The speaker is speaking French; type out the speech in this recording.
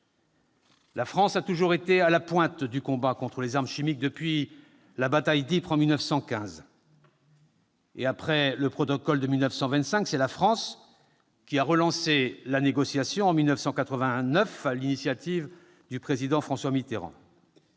La France a toujours été à la pointe du combat contre les armes chimiques, depuis la bataille d'Ypres, en 1915. Après le protocole de 1925, c'est la France qui a relancé la négociation, en 1989, sur l'initiative du Président François Mitterrand.